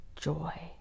joy